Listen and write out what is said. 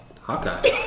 Hawkeye